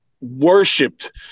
worshipped